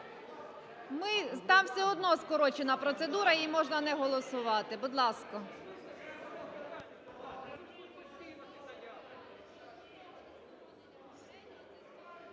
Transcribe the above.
Там все одно скорочена процедура, її можна не голосувати. Будь ласка.